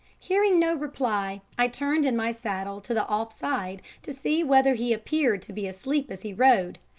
hearing no reply, i turned in my saddle to the off-side, to see whether he appeared to be asleep as he rode,